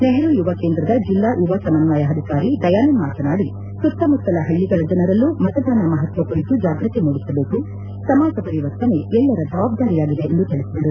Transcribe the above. ನೆಹರು ಯುವ ಕೇಂದ್ರದ ಜಿಲ್ಲಾ ಯುವ ಸಮನ್ವಯಾಧಿಕಾರಿ ದಯಾನಂದ್ ಮಾತನಾಡಿ ಸುತ್ತಮುತ್ತಲ ಹಳ್ಳಗಳ ಜನರಲ್ಲೂ ಮತದಾನ ಮಹತ್ವ ಕುರಿತು ಜಾಗೃತಿ ಮೂಡಿಸಬೇಕು ಸಮಾಜ ಪರಿವರ್ತನೆ ಎಲ್ಲರ ಜವಾಬ್ದಾರಿಯಾಗಿದೆ ಎಂದು ತಿಳಿಸಿದರು